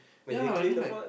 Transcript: ya I mean like